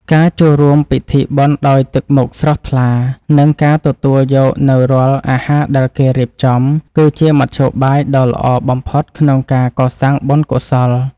ការចូលរួមពិធីបុណ្យដោយទឹកមុខស្រស់ថ្លា និងការទទួលយកនូវរាល់អាហារដែលគេរៀបចំ គឺជាមធ្យោបាយដ៏ល្អបំផុតក្នុងការកសាងបុណ្យកុសល។